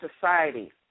society